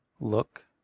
look